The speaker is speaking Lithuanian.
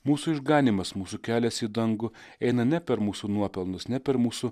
mūsų išganymas mūsų kelias į dangų eina ne per mūsų nuopelnus ne per mūsų